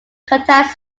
contact